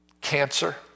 Cancer